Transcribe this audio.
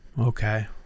Okay